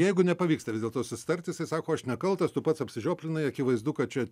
jeigu nepavyksta vis dėlto susitart jisai sako aš nekaltas tu pats apsižioplinai akivaizdu kad čia